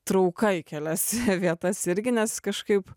trauka į kelias vietas irgi nes kažkaip